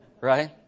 right